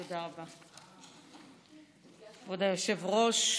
תודה רבה, כבוד היושב-ראש.